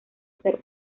ser